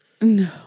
No